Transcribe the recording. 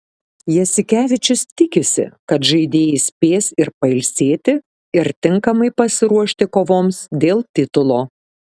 jasikevičius tikisi kad žaidėjai spės ir pailsėti ir tinkamai pasiruošti kovoms dėl titulo